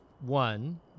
one